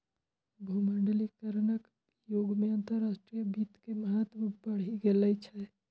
भूमंडलीकरणक युग मे अंतरराष्ट्रीय वित्त के महत्व बढ़ि गेल छै